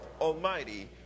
Almighty